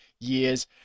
years